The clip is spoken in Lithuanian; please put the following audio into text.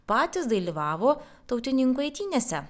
patys dalyvavo tautininkų eitynėse